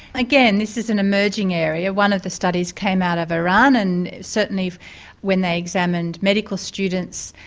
again this is an emerging area. one of the studies came out of iran and certainly when they examined medical students,